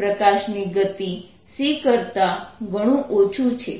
પ્રકાશની ગતિ c કરતાં ઘણું ઓછું છે